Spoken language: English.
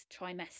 trimester